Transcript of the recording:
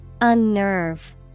Unnerve